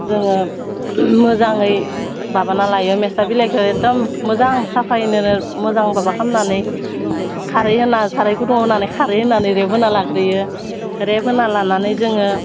जोङो मोजाङै माबाना लायो मेस्था बिलाइखौ एकदम मोजां साफायैनोनो मोजां माबा खालामनानै खारै होना साराइ गुदुङाव होनानै खारै होनानै रेबहोना लाग्रोयो रेबहोना लानानै जोङो